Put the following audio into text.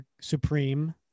Supreme